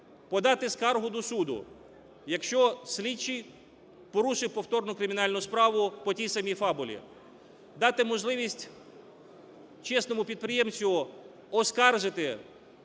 подати скаргу до суду, якщо слідчий порушив повторну кримінальну справу по тій самій фабулі; дати можливість чесному підприємцю оскаржити